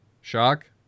Shock